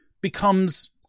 becomes